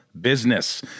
business